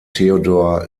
theodor